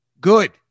good